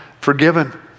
forgiven